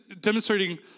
demonstrating